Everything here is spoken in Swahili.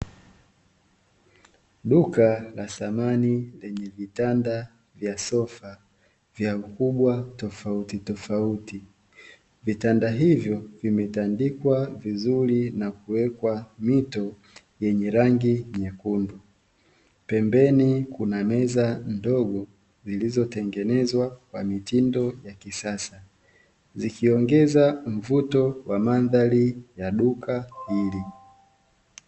Duka la samani lenye vitanda vya sofa vya ukubwa tofautitofauti, vitanda hivyo vimetandikwa vizuri na kuwekwa mito yenye rangi nyekundu, pembeni kuna meza ndogo zilizotengenezwa kwa mitindo ya kisasa zikiongeza mvuto wa mandhari ya duka hili.